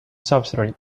substrate